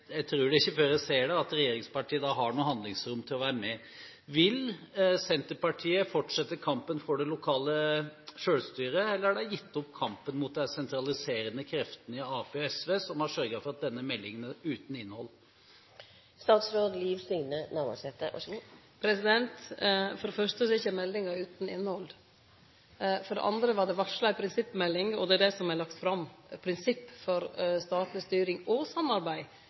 jeg tror det ikke før jeg ser det – at regjeringspartiet da har noe handlingsrom til å være med. Vil Senterpartiet fortsette kampen for det lokale selvstyret, eller har de gitt opp kampen mot de sentraliserende kreftene i Arbeiderpartiet og SV, som har sørget for at denne meldingen er uten innhold? For det fyrste er ikkje meldinga utan innhald. For det andre var det varsla ei prinsippmelding, og det er det som er lagt fram, prinsipp for statleg styring – og samarbeid